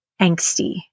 angsty